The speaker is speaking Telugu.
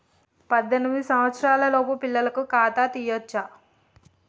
పద్దెనిమిది సంవత్సరాలలోపు పిల్లలకు ఖాతా తీయచ్చా?